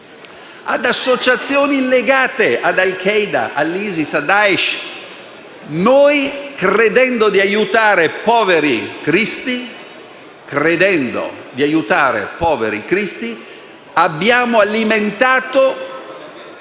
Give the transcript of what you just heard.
ad associazioni legate ad Al Quaeda, all'ISIS, a Daesh. Credendo di aiutare poveri cristi, noi abbiamo alimentato